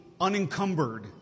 unencumbered